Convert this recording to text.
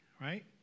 right